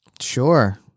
Sure